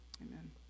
amen